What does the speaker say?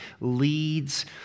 leads